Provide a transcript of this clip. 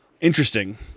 interesting